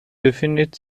befindet